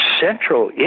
central